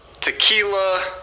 tequila